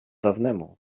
dawnemu